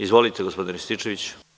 Izvolite, gospodine Rističeviću.